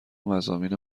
مضامین